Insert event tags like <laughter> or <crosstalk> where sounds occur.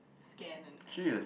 scan and <noise>